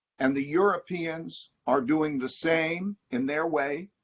and the europeans are doing the same in their way.